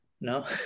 No